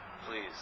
please